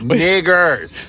niggers